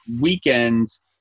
weekends